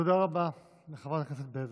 תודה רבה לחברת הכנסת בזק.